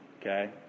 Okay